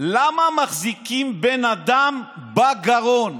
למה מחזיקים בן אדם בגרון.